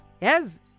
Yes